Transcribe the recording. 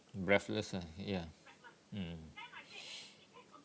breathless lah ya mm